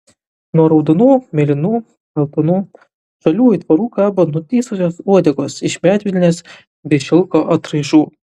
nuo raudonų mėlynų geltonų žalių aitvarų kabo nutįsusios uodegos iš medvilnės bei šilko atraižų